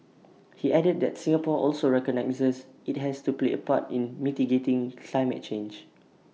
he added that Singapore also recognises IT has to play A part in mitigating climate change